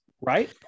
right